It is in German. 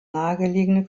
nahegelegene